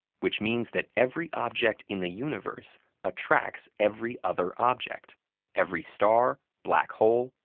which means that every object in the universe attracts every other object every star, black hole,